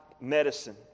medicine